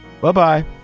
Bye-bye